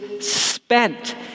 spent